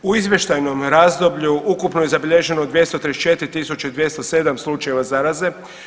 U izvještajnom razdoblju ukupno je zabilježeno 234.207 slučajeva zaraze.